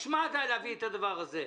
בשביל מה היה צריך להביא את הדבר הזה,